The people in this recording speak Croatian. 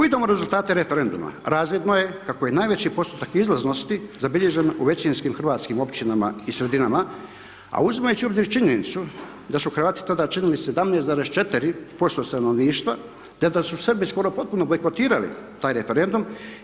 Vidimo rezultate referenduma, razvidno je kako je najveći postotak izlaznosti zabilježen u većinskim hrvatskim općinama i sredinama a uzimajući u obzir i činjenicu da su Hrvati tada činili 17,4% stanovništva te da su Srbi skoro potpuno bajkotirati taj referendum.